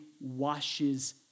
washes